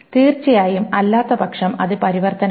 തീർച്ചയായും അല്ലാത്തപക്ഷം അത് പരിവർത്തനമല്ല